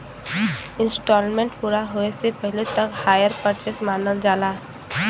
instalment पूरा होये से पहिले तक हायर परचेस मानल जाला